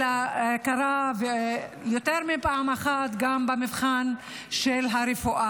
אלא זה קרה יותר מפעם אחת, גם במבחן הרפואה.